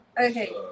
okay